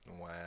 Wow